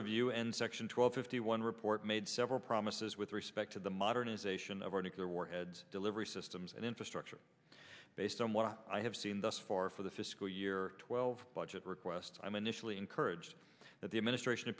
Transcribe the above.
review and section two hundred fifty one report made several promises with respect to the modernization of our nuclear warheads delivery systems and infrastructure based on what i have seen thus far for the fiscal year twelve budget request i'm initially encouraged that the administration